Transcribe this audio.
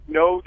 no